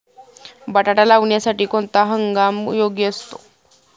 बटाटा लावण्यासाठी कोणता हंगाम योग्य असतो?